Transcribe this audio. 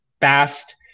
fast